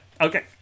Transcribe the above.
Okay